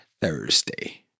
Thursday